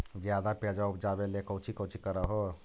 ज्यादा प्यजबा उपजाबे ले कौची कौची कर हो?